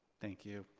thank you.